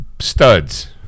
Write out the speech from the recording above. studs